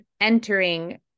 entering